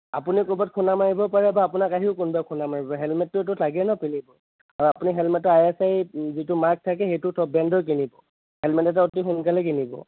আপুনি ক'ৰবাত খুন্দা মাৰিব পাৰে বা আপোনাক আহি কোনোবাই খুন্দা মাৰিব পাৰে হেলমেটোতো লাগে ন পিন্ধিব আৰু আপুনি হেলমেটৰ আই এছ আই যিটো মাৰ্ক থাকে সেইটো ব্ৰেণ্ডৰ কিনিব হেলমেট এটা অতি সোনকালে কিনিব